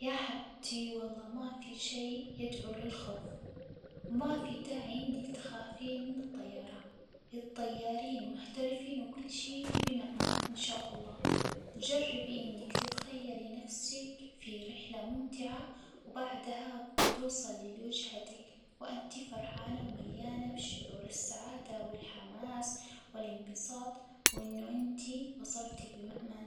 يا حبيتي والله ما في شي يدعو للخوف، وما في داعي إنك تخافين من الطيارة، الطيارين محترفين وكل شي بمأمن إن شاء الله، جربي إنك تتخيلي نفسك في رحلة ممتعة، وبعدها بتوصلي لوجهتك وإنتِ فرحانة ومليانة بالشعور السعادة والحماس والإنبساط وإنه إنت وصلتِ بمأمن.